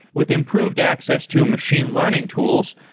with improved access to machine learning tools,